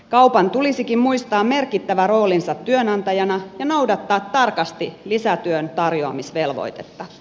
kaupan tulisikin muistaa merkittävä roolinsa työnantajana ja noudattaa tarkasti lisätyöntarjoamisvelvoitetta